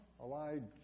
Elijah